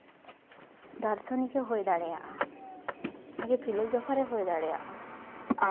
ᱫᱟᱨᱥᱚᱱᱤᱠᱮ ᱦᱩᱭ ᱫᱟᱲᱮᱭᱟᱜᱼᱟ ᱵᱷᱟᱜᱮ ᱯᱷᱤᱞᱳᱡᱚᱯᱷᱟᱨᱮ ᱦᱩᱭ ᱫᱟᱲᱮᱭᱟᱜᱼᱟ